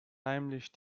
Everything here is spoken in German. heimlich